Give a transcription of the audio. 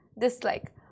dislike